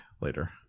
later